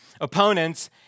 opponents